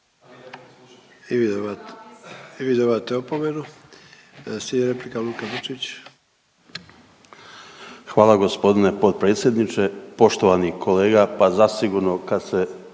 Hvala gospodine potpredsjedniče. Poštovani kolega Ivanoviću, pa evo